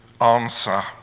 answer